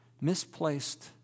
Misplaced